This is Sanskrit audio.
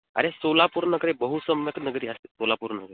अरे सोलापुरनगरे बहु सम्यक् नगरी अस्ति सोलापुरनगरे